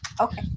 okay